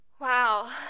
wow